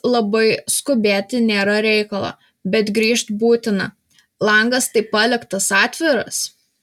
labai skubėti nėra reikalo bet grįžt būtina langas tai paliktas atviras